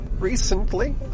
Recently